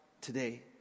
today